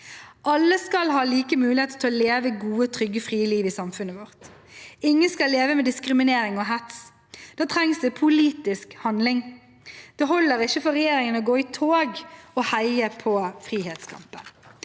Alle skal ha like muligheter til å leve et godt, trygt, fritt liv i samfunnet vårt. Ingen skal leve med diskriminering og hets. Da trengs det politisk handling. Det holder ikke for regjeringen å gå i tog og heie på frihetskampen.